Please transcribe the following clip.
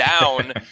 down